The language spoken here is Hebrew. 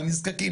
לנזקקים,